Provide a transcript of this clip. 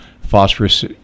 phosphorus